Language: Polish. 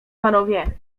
panowie